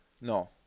No